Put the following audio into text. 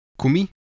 Kumi